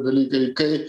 dalykai kai